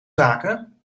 zaken